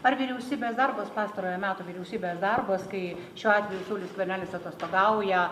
ar vyriausybės darbas pastarojo meto vyriausybės darbas kai šiuo atveju saulius skvernelis atostogauja